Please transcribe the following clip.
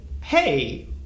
hey